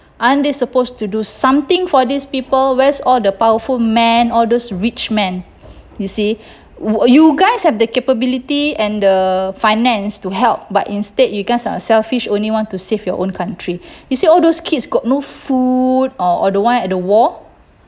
aren't they supposed to do something for these people where's all the powerful man all those rich men you see you you guys have the capability and the finance to help but instead you guys are selfish only want to save your own country you see all those kids got no food or the one at the war